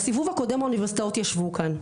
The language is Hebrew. בסיבוב הקודם האוניברסיטאות ישבו כאן,